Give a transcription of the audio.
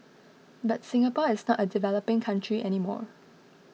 but Singapore is not a developing country any more